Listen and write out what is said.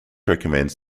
recommends